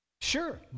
Sure